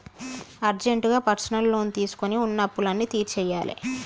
అర్జెంటుగా personal loan తీసుకొని వున్న అప్పులన్నీ తీర్చేయ్యాలే